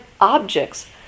objects